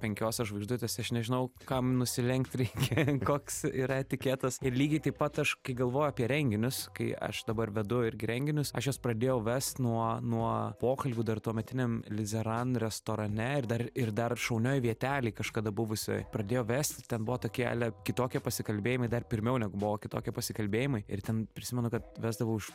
penkiose žvaigždutėse aš nežinau kam nusilenkt reikia koks yra etiketas ir lygiai taip pat aš galvoju apie renginius kai aš dabar vedu irgi renginius aš juos pradėjau vest nuo nuo pokalbių dar tuometiniam lizeran restorane ir dar ir dar šaunioj vietelėj kažkada buvusioj pradėjau vesti ten buvo tokie ale kitokie pasikalbėjimai dar pirmiau negu buvo kitokie pasikalbėjimai ir ten prisimenu kad vesdavau už